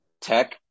Tech